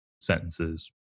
sentences